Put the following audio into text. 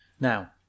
Now